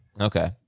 Okay